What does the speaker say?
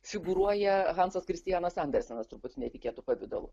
figūruoja hansas kristianas andersenas truputį netikėtu pavidalu